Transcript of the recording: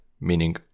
meaning